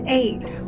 eight